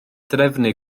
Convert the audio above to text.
drefnu